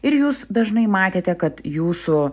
ir jūs dažnai matėte kad jūsų